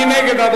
מי נגד?